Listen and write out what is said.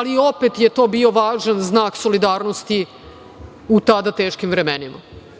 ali opet je to bio važan znak solidarnosti u tada teškim vremenima. Mi